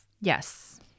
Yes